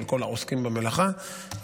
של כל העוסקים במלאכה,